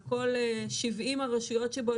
על כל 70 הרשויות שבו,